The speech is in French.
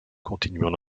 continuons